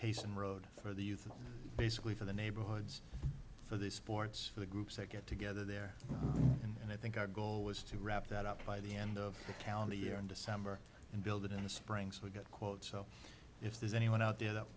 pace and road for the youth basically for the neighborhoods for the sports for the groups that get together there and i think our goal was to wrap that up by the end of the calendar year in december and build it in the spring so we get quotes so if there's anyone out there that